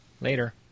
Later